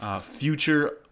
future